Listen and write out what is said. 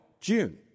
June